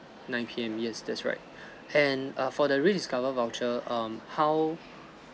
nine P_M yes that's right and um for the rediscover voucher um how